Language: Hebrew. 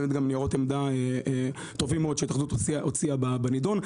באמת גם ניירות עמדה טובים מאוד שהתאחדות הוציאה בנדון.